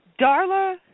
Darla